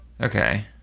Okay